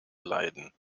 leiden